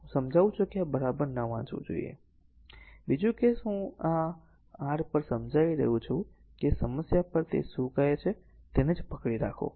હું સમજાવું છું કે આ બરાબર ન વાંચવું જોઈએ બીજો કેસ હું આ r પર સમજાવી રહ્યો છું કે સમસ્યા પર તે શું કહે છે તેને જ પકડી રાખો